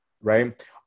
right